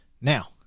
Now